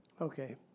Okay